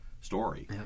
story